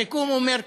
הסיכום אומר כך: